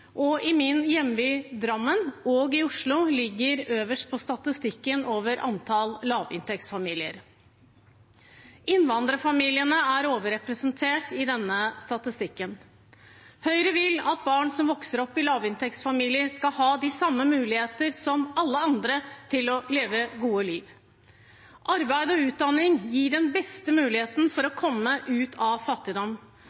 Min hjemby, Drammen, og Oslo ligger øverst på statistikken over antall lavinntektsfamilier. Innvandrerfamiliene er overrepresentert i denne statistikken. Høyre vil at barn som vokser opp i lavinntektsfamilier, skal ha de samme muligheter som alle andre til å leve et godt liv. Arbeid og utdanning gir den beste muligheten for å